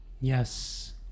Yes